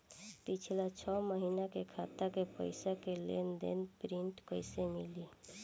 पिछला छह महीना के खाता के पइसा के लेन देन के प्रींट कइसे मिली?